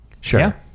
Sure